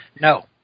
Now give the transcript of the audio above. No